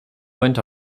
went